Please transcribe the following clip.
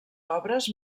obres